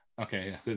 Okay